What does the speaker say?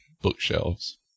bookshelves